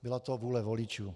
Byla to vůle voličů.